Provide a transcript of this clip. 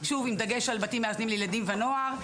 עם דגש על בתים מאזנים לילדים ונוער.